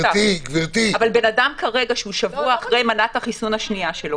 אבל בן-אדם שכרגע הוא שבוע אחרי מנת החיסון השנייה שלו